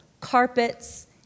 carpets